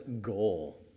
goal